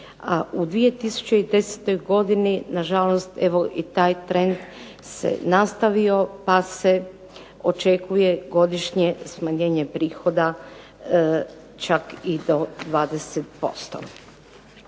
u 2010. godini na žalost evo i taj trend se nastavio, pa se očekuje godišnje smanjenje prihoda čak i do 20%.